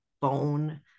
bone